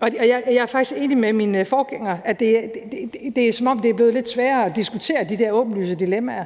og jeg er faktisk enig med min forgænger i, at det er, som om det er blevet lidt sværere at diskutere de der åbenlyse dilemmaer.